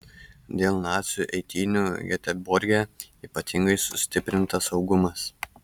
dėl nacių eitynių geteborge ypatingai sustiprintas saugumas